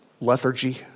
lethargy